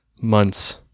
months